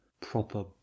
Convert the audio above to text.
proper